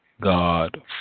God